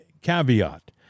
caveat